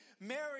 Mary